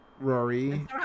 Rory